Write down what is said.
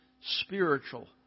spiritual